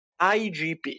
IGP